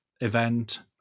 event